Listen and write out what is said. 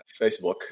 Facebook